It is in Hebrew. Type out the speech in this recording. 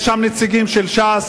יש שם נציגים של ש"ס,